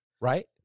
Right